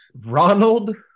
Ronald